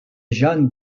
jeanne